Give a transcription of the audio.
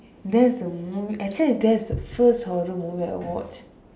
that's the movie actually that's the first horror movie I watch